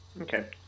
Okay